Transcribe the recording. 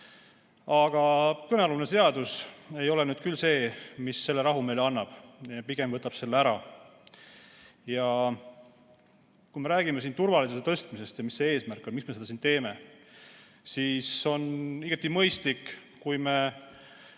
Aga kõnealune seadus ei ole nüüd küll see, mis selle rahu meile annab, pigem võtab selle ära. Kui me räägime siin turvalisuse suurendamisest ja sellest, mis on see eesmärk, miks me seda siin teeme, siis see on igati mõistlik, kui me